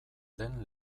den